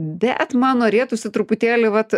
bet man norėtųsi truputėlį vat